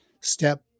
step